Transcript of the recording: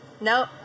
No